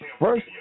First